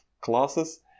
classes